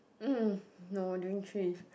mm no don't need change